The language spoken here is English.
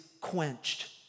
quenched